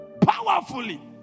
powerfully